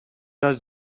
does